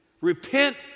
Repent